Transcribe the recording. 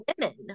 women